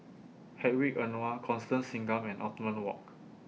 Hedwig Anuar Constance Singam and Othman Wok